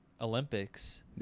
Olympics